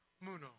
Muno